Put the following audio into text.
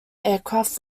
aircraft